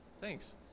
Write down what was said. Thanks